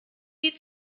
die